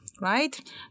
right